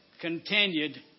continued